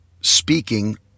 speaking